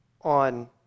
on